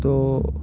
তো